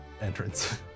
entrance